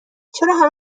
چرا